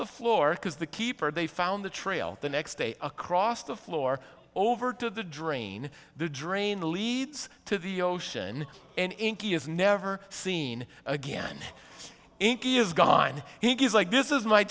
the floor because the keeper they found the trail the next day across the floor over to the drain the drain leads to the ocean and inky is never seen again he is gone he's like this is my